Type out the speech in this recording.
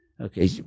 okay